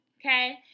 Okay